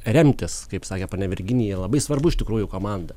remtis kaip sakė ponia virginija labai svarbu iš tikrųjų komanda